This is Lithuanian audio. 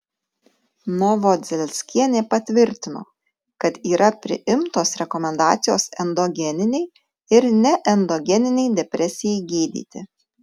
novodzelskienė patvirtino kad yra priimtos rekomendacijos endogeninei ir neendogeninei depresijai gydyti